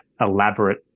elaborate